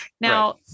Now